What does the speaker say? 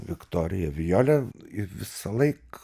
viktorija violė ir visąlaik